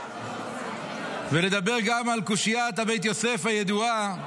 ולדבר גם על קושיית הבית-יוסף הידועה,